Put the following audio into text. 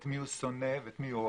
את מי הוא שונא ואת מי הוא אוהב.